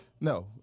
No